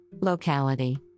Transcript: locality